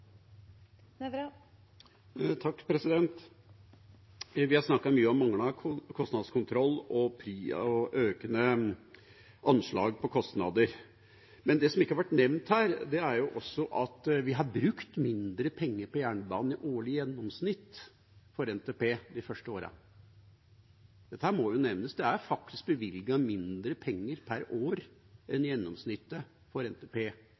Vi har snakket mye om manglende kostnadskontroll og økende anslag på kostnader. Men det som ikke har vært nevnt her, er at vi har brukt mindre penger på jernbanen i årlig gjennomsnitt for NTP de første årene. Dette må jo nevnes. Det er faktisk bevilget mindre penger per år enn det årlige gjennomsnittet for NTP.